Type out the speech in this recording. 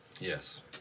Yes